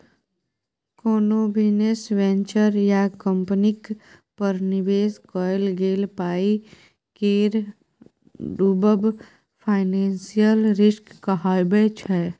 कोनो business venture या कंपनीक पर निबेश कएल गेल पाइ केर डुबब फाइनेंशियल रिस्क कहाबै छै